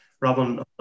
Robin